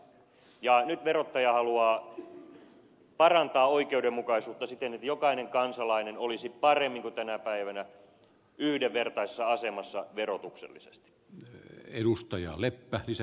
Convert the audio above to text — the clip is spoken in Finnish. nyt verottaja haluaa parantaa oikeudenmukaisuutta siten että jokainen kansalainen olisi paremmin yhdenvertaisessa asemassa verotuksellisesti kuin tänä päivänä